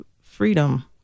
freedom